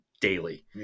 daily